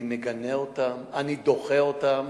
אני מגנה אותם, אני דוחה אותם.